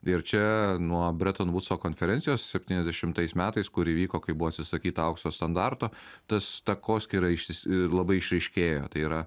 ir čia nuo breton vudso konferencijos septyniasdešimtais metais kuri vyko kai buvo atsisakyta aukso standarto tas takoskyra išsis labai išryškėjo tai yra